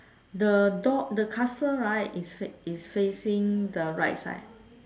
the door the castle right is fa~ is facing the right side